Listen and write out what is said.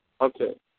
Okay